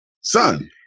son